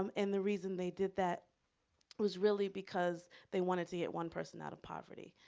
um and the reason they did that was really, because they wanted to get one person out of poverty,